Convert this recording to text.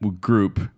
group